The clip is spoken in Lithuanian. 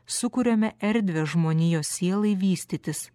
sukuriame erdvę žmonijos sielai vystytis